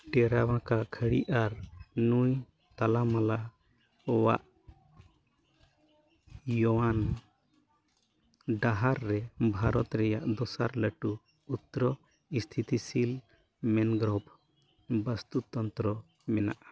ᱴᱮᱨᱟ ᱵᱟᱸᱠᱟ ᱠᱷᱟᱹᱲᱤ ᱟᱨ ᱱᱩᱭ ᱛᱟᱞᱟᱢᱟᱞᱟᱣᱟᱜ ᱰᱟᱦᱟᱨ ᱨᱮ ᱵᱷᱟᱨᱚᱛ ᱨᱮᱭᱟᱜ ᱫᱚᱥᱟᱨ ᱞᱟᱹᱴᱩ ᱩᱛᱨᱚ ᱥᱛᱤᱛᱷᱤᱥᱤᱞ ᱢᱮᱱᱫᱚ ᱵᱟᱹᱥᱛᱩ ᱛᱚᱱᱛᱨᱚ ᱢᱮᱱᱟᱜᱼᱟ